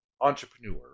entrepreneur